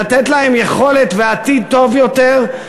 לתת להם יכולת ועתיד טוב יותר,